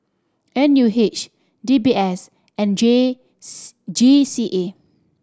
N U H D B S and G G G C E